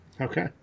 Okay